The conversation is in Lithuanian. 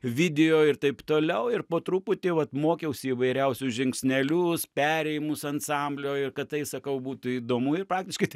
video ir taip toliau ir po truputį vat mokiausi įvairiausių žingsnelius perėjimus ansamblio ir kad tai sakau būtų įdomu ir praktiškai